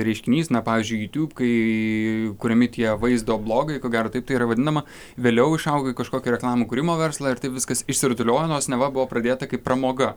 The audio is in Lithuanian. reiškinys na pavyzdžiui youtube kai kuriami tie vaizdo blogai ko gero taip tai yra vadinama vėliau išauga į kažkokį reklamų kūrimo verslą ir taip viskas išsirutulioja nors neva buvo pradėta kaip pramoga